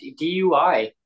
dui